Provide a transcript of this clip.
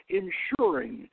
ensuring